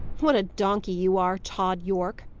what a donkey you are, tod yorke!